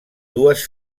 dues